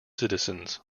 citizens